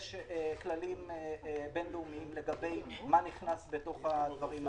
יש כללים בינלאומיים לגבי מה נכנס בתוך הדברים האלה.